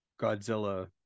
Godzilla